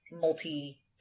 multi